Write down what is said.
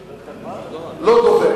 נו,